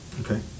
Okay